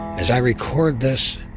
as i record this,